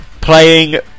playing